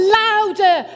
louder